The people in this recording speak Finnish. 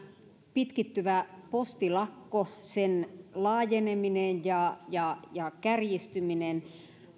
pitkittyvä postilakko sen laajeneminen ja ja kärjistyminen